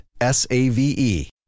S-A-V-E